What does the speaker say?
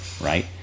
right